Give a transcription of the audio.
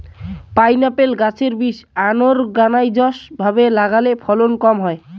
pineapple গাছের বীজ unorganised ভাবে লাগালে ফলন কম হয়